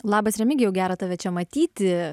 labas remigijau gera tave čia matyti